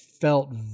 felt